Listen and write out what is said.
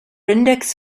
index